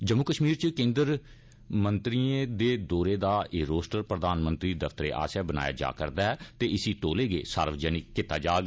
जम्मू कष्मीर इच कोन्द्रीय मंत्रिएं दे दौरा दा एह् रोस्टर प्रधानमंत्री दफ्तरै आस्सैआ बनाया जा रदा ऐ ते इसी तौले गै सार्वजनिक कीता जाग